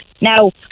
Now